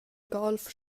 golf